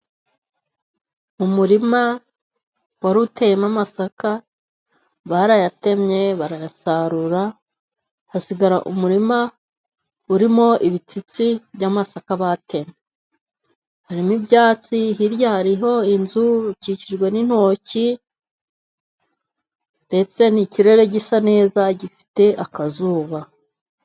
Umurima wari uteyemo amasaka barayatemye, barayasarura, hasigara umurima urimo ibitsitsi by'amasaka batemye. Harimo ibyatsi, hirya hariho inzu ikikijwe n'intoki ndetse n'ikirere gisa neza, gifite akazuba.